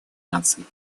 наций